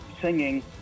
singing